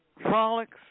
Frolics